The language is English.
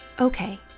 Okay